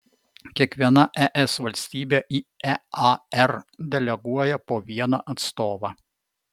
kiekviena es valstybė į ear deleguoja po vieną atstovą